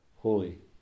Holy